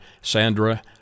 Sandra